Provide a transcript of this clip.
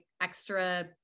extra